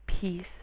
peace